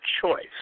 choice